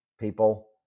people